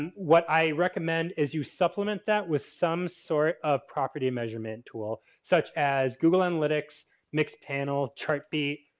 and what i recommend is you supplement that with some sort of property measurement tool such as google analytics, mixpanel, chartbeat,